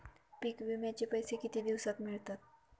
पीक विम्याचे पैसे किती दिवसात मिळतात?